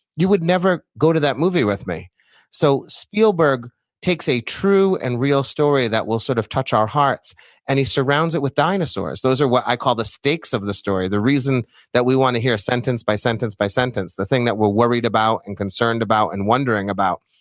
you would never go to that movie with me so spielberg takes a true and real story that will sort of touch our hearts and he surrounds it with dinosaurs. those are what i call the stakes of the story, the reason that we want to hear sentence by sentence by sentence, the thing that we're worried about and concerned about and wondering about.